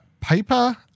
Paper